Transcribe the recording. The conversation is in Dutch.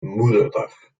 moederdag